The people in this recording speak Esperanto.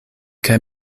kaj